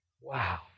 wow